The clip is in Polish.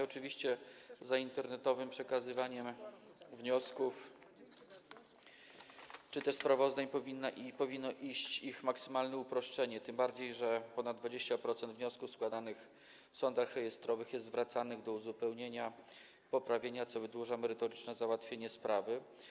Oczywiście za internetowym przekazywaniem wniosków czy też sprawozdawań powinno iść ich maksymalne uproszczenie, tym bardziej że ponad 20% wniosków składanych w sądach rejestrowych jest zwracanych do uzupełnienia, poprawienia, co wydłuża merytoryczne załatwienie sprawy.